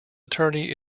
attorney